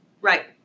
Right